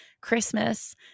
Christmas